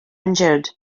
injured